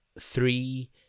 three